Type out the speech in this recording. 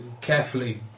carefully